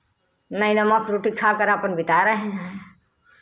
नहीं नमक रोटी खाकर अपन बिता रहे हैं